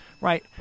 right